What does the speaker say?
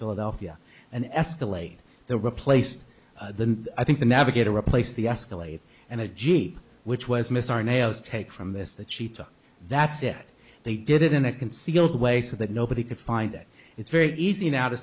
philadelphia and escalate the replaced the i think the navigator replaced the escalate and a jeep which was missed our nails take from this the cheetah that's it they did it in a concealed way so that nobody could find it it's very easy now to